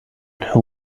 who